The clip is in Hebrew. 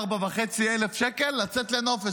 4,500 שקל לצאת לנופש,